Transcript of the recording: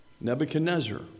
Nebuchadnezzar